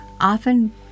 often